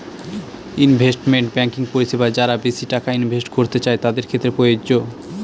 investment banking পরিষেবা যারা বেশি টাকা ইনভেস্ট করতে চাই তাদের ক্ষেত্রে প্রযোজ্য